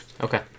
Okay